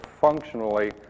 functionally